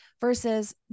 Versus